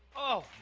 oh,